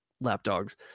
lapdogs